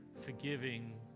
forgiving